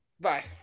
bye